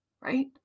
Right